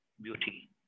beauty